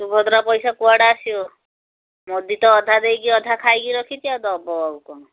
ସୁଭଦ୍ରା ପଇସା କୁଆଡ଼େ ଆସିବ ମୋଦୀ ତ ଅଧା ଦେଇକି ଅଧା ଖାଇକି ରଖିଛି ଆଉ ଦବ ଆଉ କ'ଣ